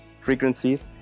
frequencies